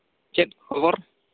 ᱪᱮᱫ ᱠᱷᱚᱵᱚᱨ